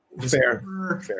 Fair